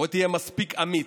בוא תהיה מספיק אמיץ,